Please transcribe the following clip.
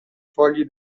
fogli